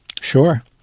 Sure